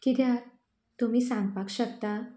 कित्याक तुमी सांगपाक शकता